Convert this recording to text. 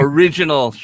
Original